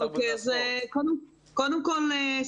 קודם כל,